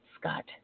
Scott